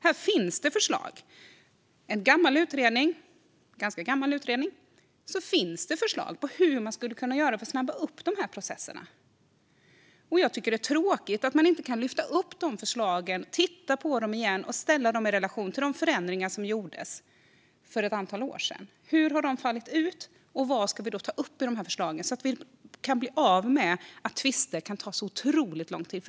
Här finns det förslag. I en ganska gammal utredning finns det förslag på hur man skulle kunna göra för att snabba på de här processerna. Jag tycker att det är tråkigt att man inte kan lyfta upp de förslagen, titta på dem igen och ställa dem i relation till de förändringar som gjordes för ett antal år sedan. Hur har de förändringarna fallit ut, och vad ska vi ta upp av de här förslagen så att vi kan bli av med att tvister kan ta så otroligt lång tid?